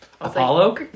Apollo